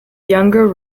younger